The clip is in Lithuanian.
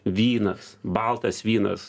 vynas baltas vynas